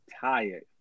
tired